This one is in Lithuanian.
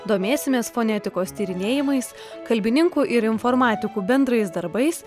domėsimės fonetikos tyrinėjimais kalbininkų ir informatikų bendrais darbais